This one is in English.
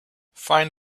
find